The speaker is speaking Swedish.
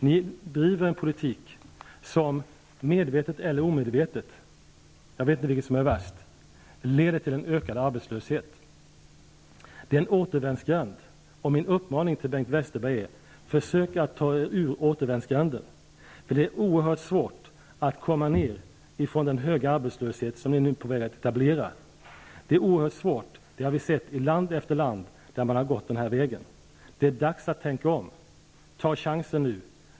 Ni driver en politik som medvetet eller omedvetet -- jag vet inte vilket som är värst -- leder till en ökad arbetslöshet. Det är en återvändsgränd. Min uppmaning till Bengt Westerberg är: Försök att ta er ur återvändsgränden. Det är oerhört svårt att komma ner från den höga arbetslöshet som ni nu är på väg att etablera. Det har vi sett i land efter land, där man har gått denna väg. Det är dags att tänka om. Ta chansen nu!